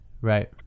Right